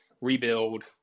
rebuild